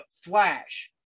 flash